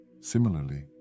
similarly